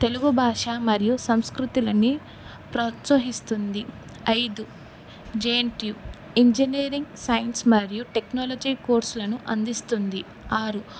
తెలుగు భాష మరియు సంస్కృతులని ప్రోత్సహిస్తుంది ఐదు J N T U engineering science మరియు టెక్నాలజీ కోర్సులను అందిస్తుంది ఆరు